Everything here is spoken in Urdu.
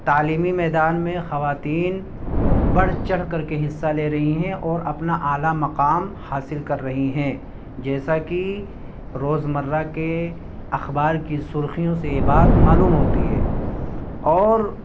تعلیمی میدان میں خواتین بڑھ چڑھ کر کے حصہ لے رہی ہیں اور اپنا اعلیٰ مقام حاصل کر رہی ہیں جیسا کہ روزمرہ کے اخبار کے سرخیوں سے یہ بات معلوم ہوتی ہے اور